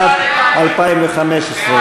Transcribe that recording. לשנת התקציב 2015,